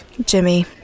Jimmy